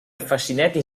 fascinating